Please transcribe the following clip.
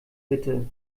bitte